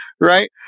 right